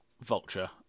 vulture